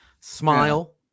smile